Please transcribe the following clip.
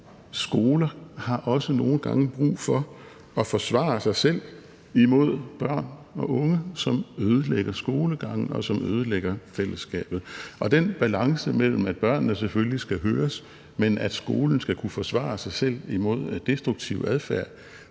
skoler også nogle gange har brug for at forsvare sig selv imod børn og unge, som ødelægger skolegangen, og som ødelægger fællesskabet, og den balance, der er mellem, at børnene selvfølgelig skal høres, men at skolen skal kunne forsvare sig selv imod en destruktiv adfærd,